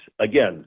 Again